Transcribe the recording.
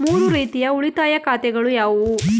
ಮೂರು ರೀತಿಯ ಉಳಿತಾಯ ಖಾತೆಗಳು ಯಾವುವು?